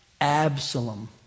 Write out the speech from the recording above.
Absalom